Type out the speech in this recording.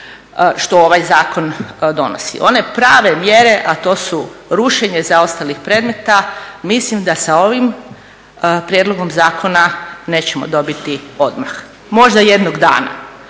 što ovaj zakon donosi. One prave mjere, a to su rušenje zaostalih predmeta mislim da sa ovim prijedlogom zakona nećemo dobiti odmah, možda jednog dana.